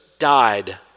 died